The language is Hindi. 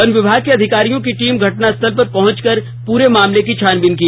वन विभाग के अधिकारियों की टीम घटनास्थल पर पहंचकर पूरे मामले की छानबीन की